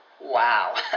Wow